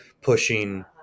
pushing